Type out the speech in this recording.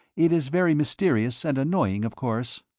it is very mysterious and annoying, of course.